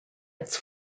its